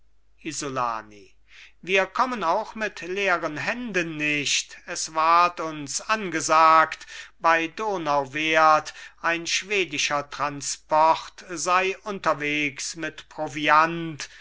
isolani wir kommen auch mit leeren händen nicht es ward uns angesagt bei donauwerth ein schwedischer transport sei unterwegs mit proviant